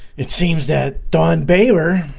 it seems that don baylor